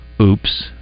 Oops